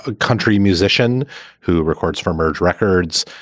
ah country musician who records for merge records,